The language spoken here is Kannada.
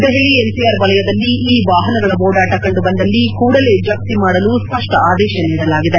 ದೆಹಲಿ ಎನ್ಸಿಆರ್ ವಲಯದಲ್ಲಿ ಈ ವಾಹನಗಳ ಓಡಾಟ ಕಂಡುಬಂದಲ್ಲಿ ಕೂಡಲೇ ಜಪ್ತಿ ಮಾಡಲು ಸ್ವಪ್ಸ ಆದೇಶ ನೀಡಲಾಗಿದೆ